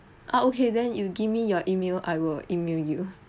uh okay then you give me your E mail I will E mail you